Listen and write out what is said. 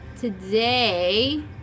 Today